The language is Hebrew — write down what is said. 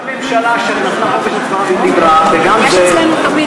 גם ממשלה שנתנה חופש הצבעה ודיברה, וגם זה.